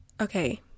okay